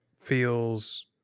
feels